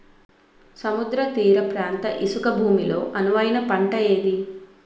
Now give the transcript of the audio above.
సముద్ర తీర ప్రాంత ఇసుక భూమి లో అనువైన పంట ఏది?